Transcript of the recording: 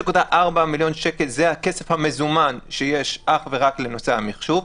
5.4 מיליון שקלים זה הכסף המזומן שיש אך ורק לנושא המחשב.